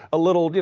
a little, you